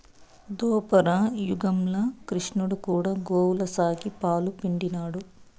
దోపర యుగంల క్రిష్ణుడు కూడా గోవుల సాకి, పాలు పిండినాడు